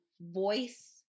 voice